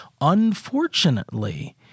unfortunately